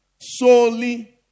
solely